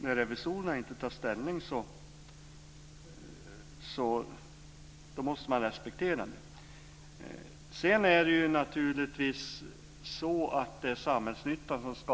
När revisorerna inte tar ställning måste man respektera det. Naturligtvis ska samhällsnyttan avgöra.